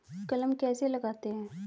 कलम कैसे लगाते हैं?